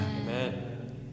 Amen